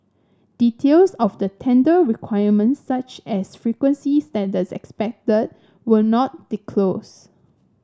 details of the tender requirements such as frequency standard expected were not disclosed